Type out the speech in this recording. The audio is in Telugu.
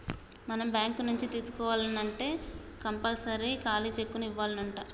మనం బాంకు నుంచి తీసుకోవాల్నంటే కంపల్సరీగా ఖాలీ సెక్కును ఇవ్యానంటా